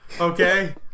Okay